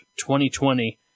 2020